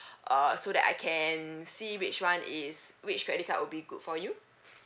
uh so that I can see which one is which credit card will be good for you